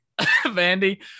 Vandy